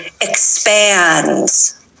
expands